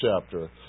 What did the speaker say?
chapter